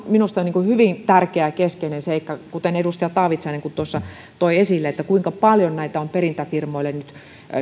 minusta hyvin tärkeä ja keskeinen seikka kuten edustaja taavitsainenkin toi esille kuinka paljon on perintäfirmoille nyt nimenomaan